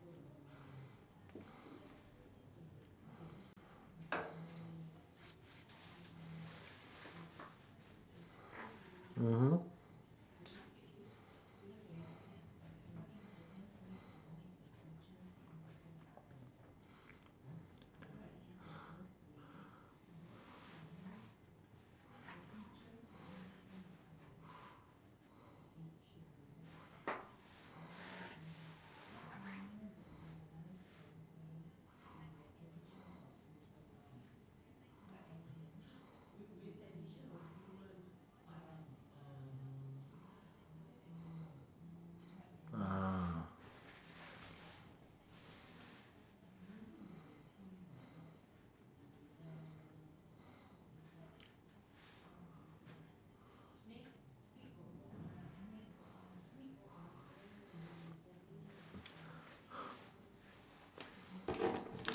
mmhmm ah